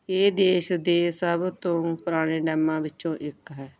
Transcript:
ਇਹ ਦੇਸ਼ ਦੇ ਸਭ ਤੋਂ ਪੁਰਾਣੇ ਡੈਮਾਂ ਵਿੱਚੋਂ ਇੱਕ ਹੈ